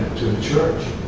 church.